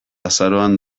azaroan